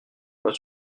pas